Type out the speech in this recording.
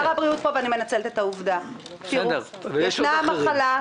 יש המחלה,